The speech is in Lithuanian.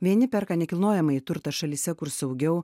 vieni perka nekilnojamąjį turtą šalyse kur saugiau